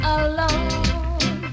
alone